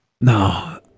No